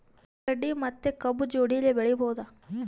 ಉಳ್ಳಾಗಡ್ಡಿ ಮತ್ತೆ ಕಬ್ಬು ಜೋಡಿಲೆ ಬೆಳಿ ಬಹುದಾ?